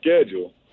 schedule